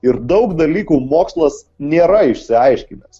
ir daug dalykų mokslas nėra išsiaiškinęs